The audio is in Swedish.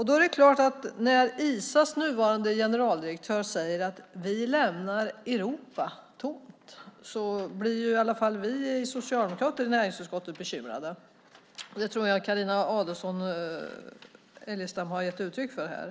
Då är det klart att när Isas nuvarande generaldirektör säger att vi lämnar Europa tomt blir i alla fall vi socialdemokrater i näringsutskottet bekymrade. Det tror jag Carina Adolfsson Elgestam har gett uttryck för här.